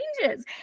changes